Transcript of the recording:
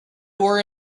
were